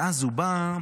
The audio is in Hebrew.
ואז הוא בא,